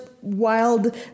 wild